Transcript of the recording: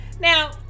Now